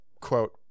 quote